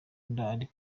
ntacyo